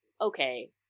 okay